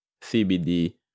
CBD